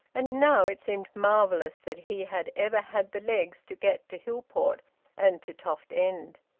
and now it seemed marvellous that he had ever had the legs to get to hillport and to toft end.